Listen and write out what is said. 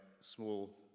small